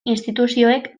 instituzioek